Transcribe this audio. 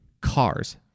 Cars